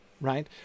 Right